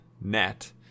net